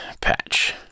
patch